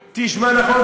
נכון,